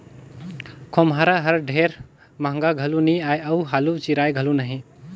खोम्हरा हर ढेर महगा घलो नी आए अउ हालु चिराए घलो नही